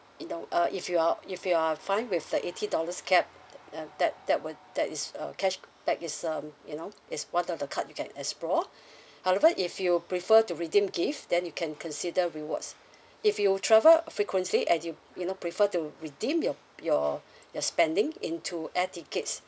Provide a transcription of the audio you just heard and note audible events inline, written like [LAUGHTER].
you know uh if you are if you are fine with the eighty dollars cap uh that that would that is uh cashback is um you know it's one of the card you can explore [BREATH] however if you prefer to redeem gift then you can consider rewards if you travel frequently and you you know prefer to redeem your your your spending into air tickets